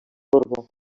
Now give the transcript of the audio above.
borbó